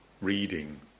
reading